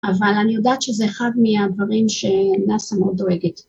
אבל אני יודעת שזה אחד מהדברים שנאסא מאוד דואגת.